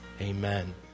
amen